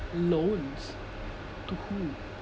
loans to who